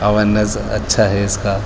awareness اچھا ہے اس کا